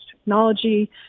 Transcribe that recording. technology